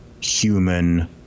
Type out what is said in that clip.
human